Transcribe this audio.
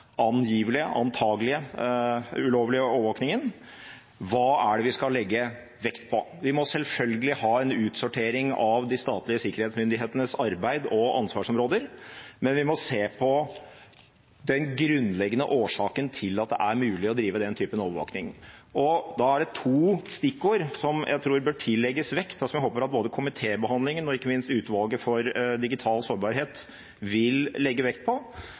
angivelige, antakelige ulovlige overvåkningen: Hva er det vi skal legge vekt på? Vi må selvfølgelig ha en utsortering av de statlige sikkerhetsmyndighetenes arbeid og ansvarsområder, men vi må se på den grunnleggende årsaken til at det er mulig å drive den typen overvåkning. Da er det to stikkord som jeg tror bør tillegges vekt, og som jeg håper at både komitébehandlingen og, ikke minst, utvalget for digital sårbarhet vil legge vekt på.